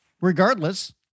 regardless